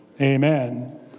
Amen